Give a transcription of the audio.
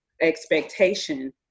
expectation